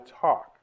talk